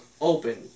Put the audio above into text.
open